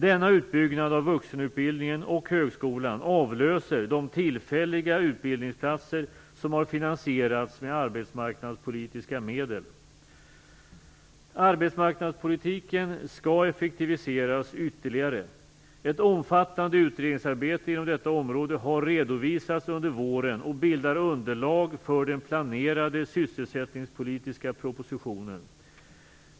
Denna utbyggnad av vuxenutbildningen och högskolan avlöser de tillfälliga utbildningsplatser som har finansierats med arbetsmarknadspolitiska medel. Arbetsmarknadspolitiken skall effektiviseras ytterligare. Ett omfattande utredningsarbete inom detta område har redovisats under våren och bildar underlag för den planerade sysselsättningspolitiska propositionen.